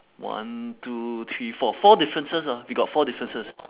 one two three four four differences ah we got four differences